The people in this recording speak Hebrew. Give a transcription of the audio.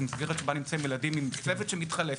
היא מסגרת שבה נמצאים ילדים עם צוות שמתחלף,